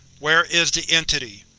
where is the entity?